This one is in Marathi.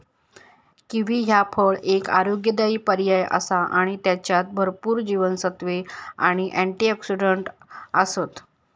किवी ह्या फळ एक आरोग्यदायी पर्याय आसा आणि त्येच्यात भरपूर जीवनसत्त्वे आणि अँटिऑक्सिडंट आसत